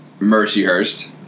Mercyhurst